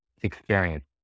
experience